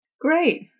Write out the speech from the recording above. Great